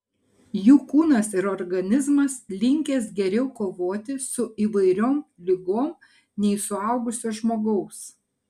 jų kūnas ir organizmas linkęs geriau kovoti su įvairiom ligom nei suaugusio žmogaus